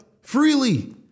freely